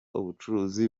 ubucuruzi